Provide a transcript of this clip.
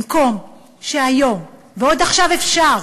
במקום שהיום, ועכשיו עוד אפשר,